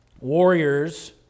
warriors